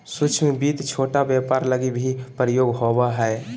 सूक्ष्म वित्त छोट व्यापार लगी भी प्रयोग होवो हय